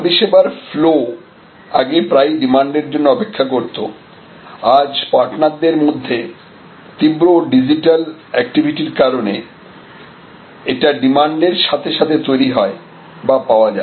পরিষেবার ফ্লো আগে প্রায়ই ডিমান্ড এর জন্য অপেক্ষা করতো আজ পার্টনারদের মধ্যে তীব্র ডিজিটাল এ্যাকটিভিটির কারণে এটা ডিমান্ড এর সাথে সাথে তৈরি হয় বা পাওয়া যায়